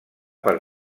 per